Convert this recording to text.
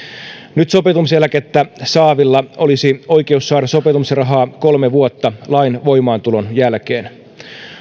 nyt sopeutumiseläkettä saavilla olisi oikeus saada sopeutumisrahaa kolme vuotta lain voimaantulon jälkeen lisäksi